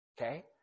Okay